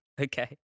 Okay